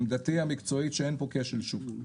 עמדתי המקצועית שאין פה כשל שוק.